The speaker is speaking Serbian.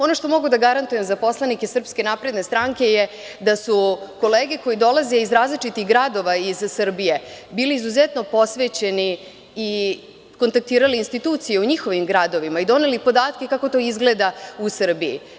Ono što mogu da garantujem za poslanike SNS, jeste da su kolege koje dolaze iz različitih gradova iz Srbije bili izuzetno posvećeni i kontaktirali su institucije u njihovim gradovima i doneli podatke kako to izgleda u Srbiji.